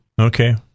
Okay